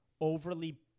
overly